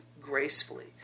gracefully